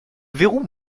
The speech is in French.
verrou